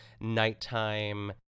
nighttime